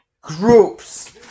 groups